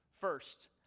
first